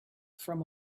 from